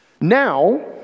Now